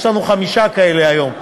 יש לנו חמישה כאלה היום,